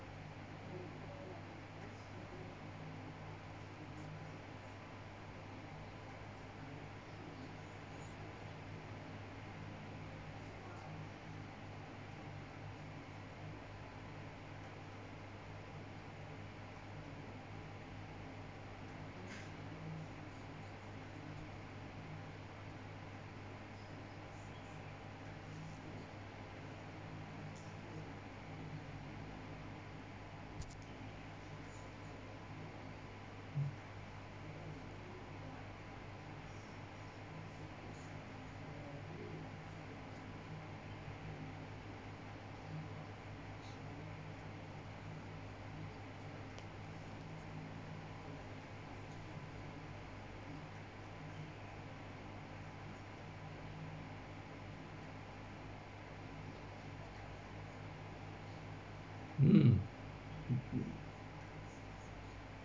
mm